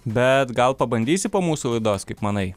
bet gal pabandysi po mūsų laidos kaip manai